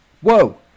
Whoa